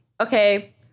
okay